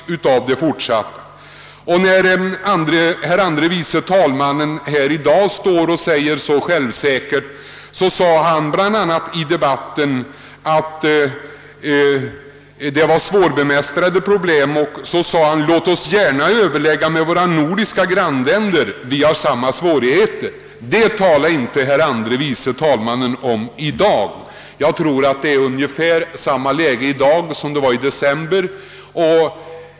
Herr andre vice talmannen uttalar sig i dag så tvärsäkert, men han har tidigare framhållit, att det gäller svårbemästrade problem och att vi bör överlägga med våra nordiska grannländer som har samma svårigheter som vi. Men det nämner inte herr andre vice talmannen i dag. Jag tror att vi nu har ungefär samma situation som i december förra året.